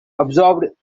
absorbed